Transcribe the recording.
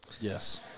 Yes